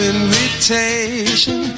invitation